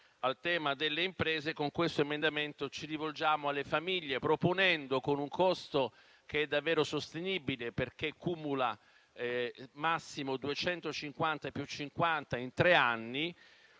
al tema delle imprese; con questo emendamento ci rivolgiamo alle famiglie, con un costo che è davvero sostenibile, perché cumula massimo 250 più 50 milioni